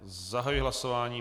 Zahajuji hlasování.